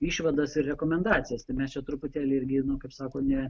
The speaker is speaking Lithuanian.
išvadas ir rekomendacijas tai mes čia truputėlį irgi nu kaip sako ne